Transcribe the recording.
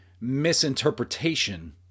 misinterpretation